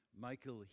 Michael